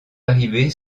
arrivée